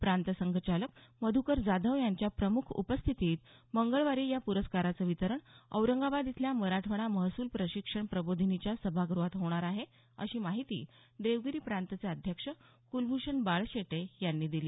प्रांत संघचालक मध्कर जाधव यांच्या प्रमुख उपस्थितीत मंगळवारी या प्रस्काराचं वितरण औरंगाबाद इथल्या मराठवाडा महसूल प्रशिक्षण प्रबोधिनीच्या सभागृहात होणार आहे अशी माहिती देवगिरी प्रांतचे अध्यक्ष कुलभूषण बाळशेटे यांनी दिली